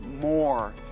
more